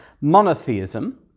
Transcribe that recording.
monotheism